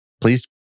Please